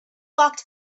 locked